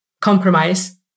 compromise